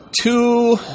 Two